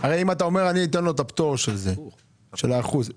הרי אם אתה אומר שאתה תיתן לו את הפטור של האחוז -- -ש הפוך.